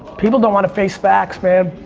people don't want to face facts, man.